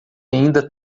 ainda